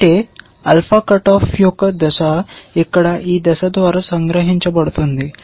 అంటే alpha cut off యొక్క దశ ఇక్కడ ఈ దశ ద్వారా సంగ్రహించబడుతుంది